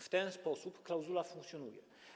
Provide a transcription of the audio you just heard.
W ten sposób klauzula funkcjonuje.